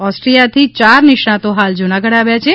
ઓસ્ટ્રીયાથી ચાર નિષ્ણાંતો હાલ જૂનાગઢ આવ્યા છે